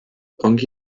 ongi